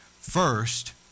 First